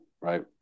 right